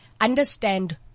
understand